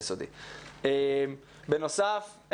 בנוסף,